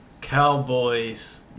Cowboys